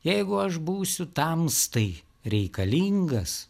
jeigu aš būsiu tamstai reikalingas